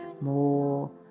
more